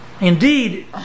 indeed